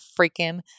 freaking